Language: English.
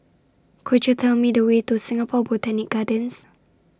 Could YOU Tell Me The Way to Singapore Botanic Gardens